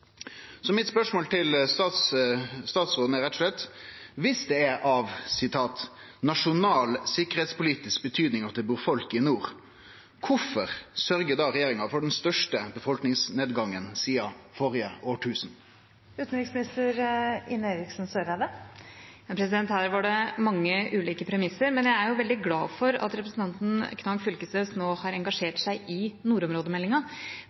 Mitt spørsmål til utanriksministeren er rett og slett: Viss det er av «nasjonal, sikkerhetspolitisk betydning at det bor folk i nord», kvifor sørgjer da regjeringa for den største befolkningsnedgangen sidan førre tusenår? Her var det mange ulike premisser, men jeg er jo veldig glad for at representanten Knag Fylkesnes nå har engasjert seg i nordområdemeldinga,